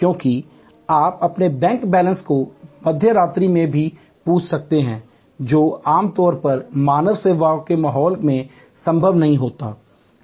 क्योंकि आप अपने बैंक बैलेंस को मध्य रात्रि में भी पूछ सकते हैं जो आम तौर पर मानव सेवा के माहौल में संभव नहीं होता था